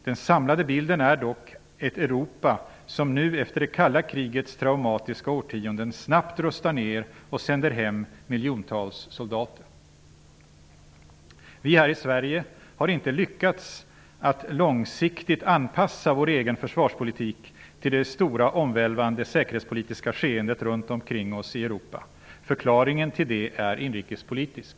Den samlade bilden är dock ett Europa som nu efter det kalla krigets traumatiska årtionden snabbt rustar ner och sänder hem miljontals soldater. Vi här i Sverige har inte lyckats att långsiktigt anpassa vår egen försvarspolitik till det stora omvälvande säkerhetspolitiska skeendet runt omkring oss i Europa. Förklaringen till det är inrikespolitisk.